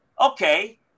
okay